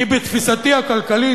כי בתפיסתי הכלכלית,